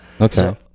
Okay